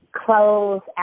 close